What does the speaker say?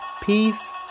peace